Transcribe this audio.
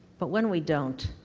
but when we don't,